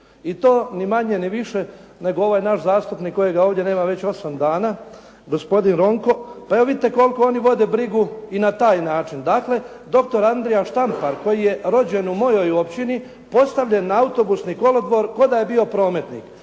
I to ni manje ni više nego ovaj naš zastupnik kojega ovdje nema već osam dana gospodin Ronko. Pa evo vidite koliko oni vode brigu i na taj način. Dakle, doktor Andrija Štampar koji je rođen u mojoj općini postavljen na autobusni kolodvor ko da je bio prometnik.